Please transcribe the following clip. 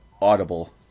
audible